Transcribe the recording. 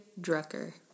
Drucker